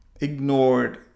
ignored